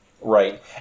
Right